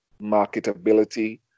marketability